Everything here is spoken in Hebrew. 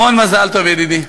המון מזל טוב, ידידי.